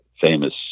famous